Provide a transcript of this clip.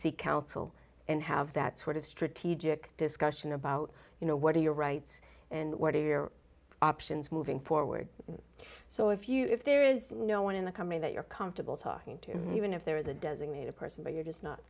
seek counsel and have that sort of strategic discussion about you know what are your rights and what are your options moving forward so if you if there is no one in the company that you're comfortable talking to even if there is a designated person but you're just not